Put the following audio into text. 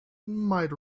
might